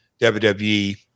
WWE